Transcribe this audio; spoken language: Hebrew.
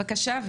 בבקשה.